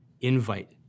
invite